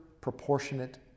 proportionate